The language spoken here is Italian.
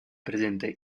presente